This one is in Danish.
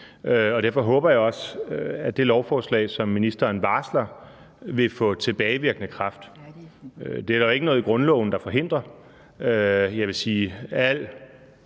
Derfor håber jeg også, at det lovforslag, som ministeren varsler, vil få tilbagevirkende kraft. Det er der jo ikke noget i grundloven der forhindrer. Jeg vil sige, at